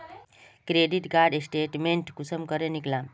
Credit card statement कुंसम करे निकलाम?